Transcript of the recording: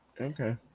Okay